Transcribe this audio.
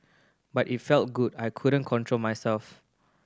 but it felt good I couldn't control myself